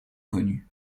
connues